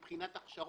מבחינת הכשרות.